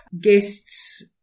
Guests